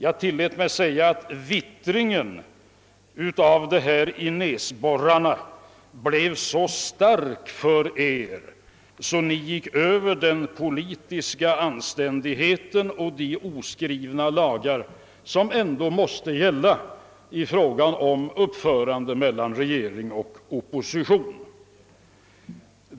Jag tillät mig säga att vittringen i era näsborrar av möjligheterna att utnyttja denna fråga valtaktiskt blev så stark att ni överskred gränsen för den politiska anständigheten och i ert agerande överträdde de oskrivna lagar som ändå måste gälla för relationerna mellan regering och opposition.